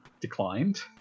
declined